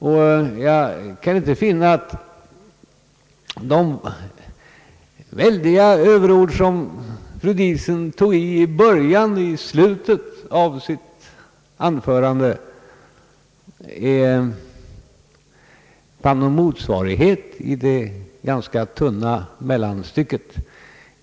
Jag kan inte finna att de starka överord som fru Diesen använde i början och i slutet av sitt anförande har någon motsvarighet i det ganska tunna mellanstycket.